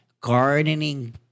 gardening